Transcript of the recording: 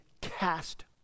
cast